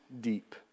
deep